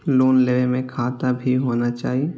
Loan लेबे में खाता भी होना चाहि?